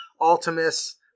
Ultimus